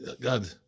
God